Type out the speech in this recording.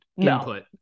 input